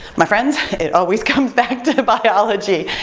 my friends, it always comes back to to but biology.